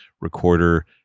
recorder